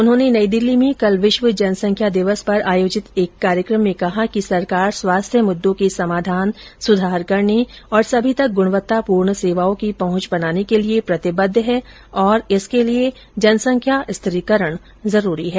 उन्होंने नई दिल्ली में कल विश्व जनसंख्या दिवस पर आयोजित एक कार्यक्रम में कहा कि सरकार स्वास्थ्य मुद्दों के समाधान सुधार करने और सभी तक गुणवत्तापूर्ण सेवाओं की पहुंच बनाने के लिए प्रतिबद्ध है और इसके लिये जनसंख्या स्थिरीकरण जरूरी है